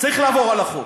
צריך לעבור על החוק.